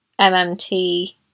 MMT